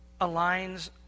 aligns